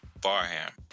Barham